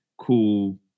Cool